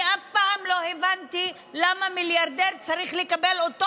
אני לא הבנתי למה מיליארדר צריך לקבל אותו